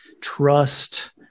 trust